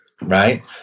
right